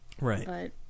Right